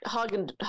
Hagen